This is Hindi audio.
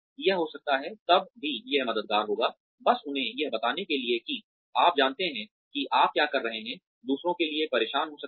यह हो सकता है तब भी यह मददगार होगा बस उन्हें यह बताने के लिए कि आप जानते हैं कि आप क्या कर रहे हैं दूसरों के लिए परेशान हो सकते हैं